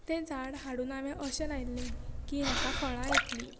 तें झाड हाडून हांवें अशें लायिल्लें की हाका फळां येतलीं